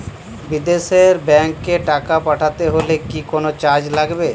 বিদেশের ব্যাংক এ টাকা পাঠাতে হলে কি কোনো চার্জ লাগবে?